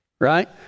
right